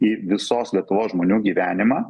į visos lietuvos žmonių gyvenimą